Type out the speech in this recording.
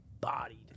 bodied